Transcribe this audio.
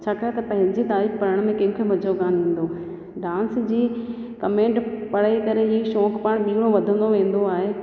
छाकाणि त पंहिंजी तारीफ़ पढ़ण में कंहिंखे मज़ो कान ईंदो डांस जी कमेंट पढ़ी करे ई शौक़ु पाण ॿीणो वधंदो वेंदो आहे